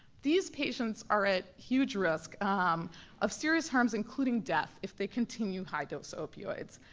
these patients are at huge risk of serious harms including death if they continue high-dose opioids,